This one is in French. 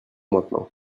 maintenant